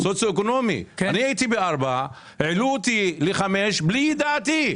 אני הייתי במדד 4 והעלו אותי ל-5 בלי ידיעתי.